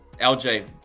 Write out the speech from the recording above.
LJ